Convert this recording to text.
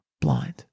blind